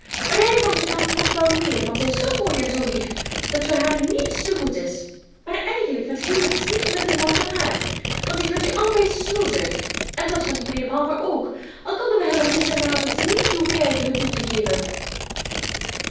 maar hij van zijn kant nog wel meer want zij is zoo mooi en zoo lief dat voor haar niets te goed is maar eigenlijk vind ik u haast niet minder mooi dan haar want ik vind u allebei snoezig en dat vindt mijnheer palmer ook al konden we hem er gisteravond niet toe krijgen het toe te geven